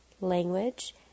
language